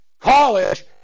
College